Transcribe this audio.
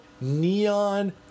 neon